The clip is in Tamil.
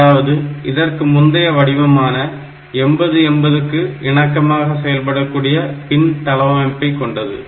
அதாவது இதற்கு முந்தைய வடிவமான 8080 க்கு இணக்கமாக செயல்படக்கூடிய பின் தளவமைப்பை கொண்டது